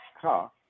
car